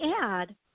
add